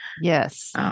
Yes